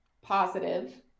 positive